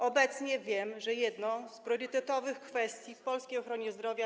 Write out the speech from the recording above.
Obecnie wiem, że jedną z priorytetowych kwestii w polskiej ochronie zdrowia.